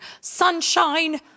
sunshine